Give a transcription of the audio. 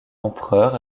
empereurs